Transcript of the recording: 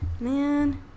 Man